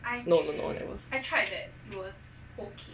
no no no never